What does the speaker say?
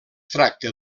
tracta